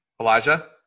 Elijah